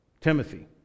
Timothy